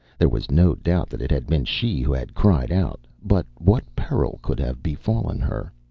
there was no doubt that it had been she who had cried out. but what peril could have befallen her?